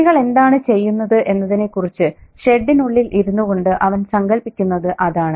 കുട്ടികൾ എന്താണ് ചെയ്യുന്നത് എന്നതിനെക്കുറിച്ച് ഷെഡിനുള്ളിൽ ഇരുന്നുകൊണ്ട് അവൻ സങ്കൽപ്പിക്കുന്നത് അതാണ്